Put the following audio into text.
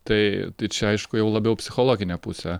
tai čia aišku jau labiau psichologinė pusė